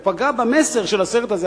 הוא פגע במסר של הסרט הזה.